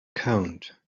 count